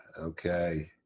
okay